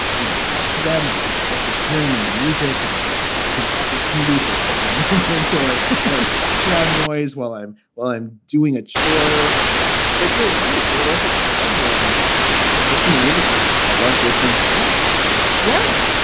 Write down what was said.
you know, talk to them about like what they're hearing in the music. and it's a it's an opportunity for a special movement or or it's background noise while i'm while i'm doing a chore but you're right. there was a time when i just listened to music because i loved listening to music yeah.